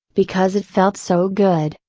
because it felt so good,